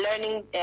learning